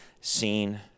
seen